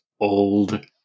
old